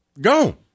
go